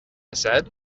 said